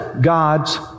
God's